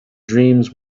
dreams